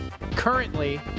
Currently